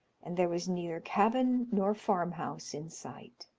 and there was neither cabin nor farm house in sight.